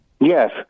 Yes